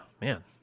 man